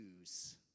choose